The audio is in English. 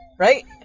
Right